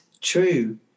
true